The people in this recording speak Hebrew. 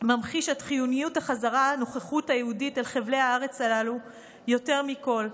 ממחיש את חיוניות החזרת הנוכחות היהודית אל חבלי הארץ הללו יותר מכול.